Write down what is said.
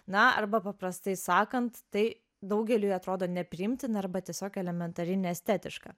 na arba paprastai sakant tai daugeliui atrodo nepriimtina arba tiesiog elementari neestetiška